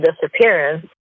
disappearance